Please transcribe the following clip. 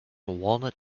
walnut